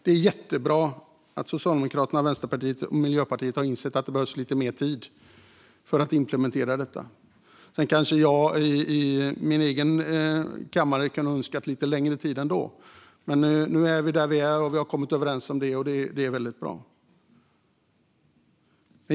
Det är jättebra att Socialdemokraterna, Vänsterpartiet och Miljöpartiet har insett att det behövs lite mer tid för att implementera detta. Sedan kanske jag, på min egen kammare, hade önskat ännu lite mer tid. Men nu är vi där vi är, och vi har kommit överens - det är väldigt bra.